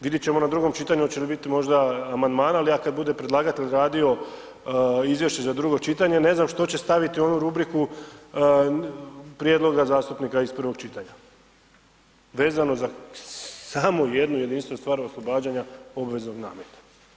Vidjet ćemo na drugom čitanju hoće li biti možda amandmana, ali ja kad bude predlagatelj radio izvješće za drugo čitanje, ne znam što će staviti u onu rubriku prijedloga zastupnika iz prvog čitanja vezano za samo jednu jedinstvenu stvar, oslobađanja obveze od nameta.